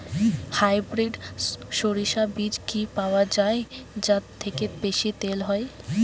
Hybrid শরিষা বীজ কি পাওয়া য়ায় যা থেকে বেশি তেল হয়?